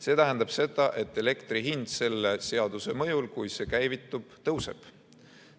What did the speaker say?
See tähendab seda, et elektri hind selle seaduse mõjul, juhul kui see käivitub, tõuseb.